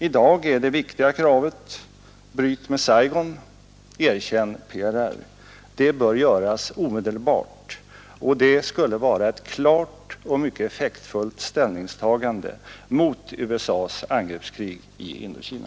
I dag är det viktiga kravet: Bryt med Saigon — erkänn PRR. Det bör göras omedelbart, och det skulle vara ett klart och mycket effektfullt ställningstagande mot USA:s angreppskrig i Indokina.